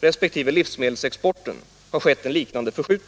resp. livsmedelsexporten har det skett en liknande förskjutning.